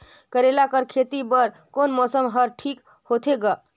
करेला कर खेती बर कोन मौसम हर ठीक होथे ग?